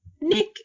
Nick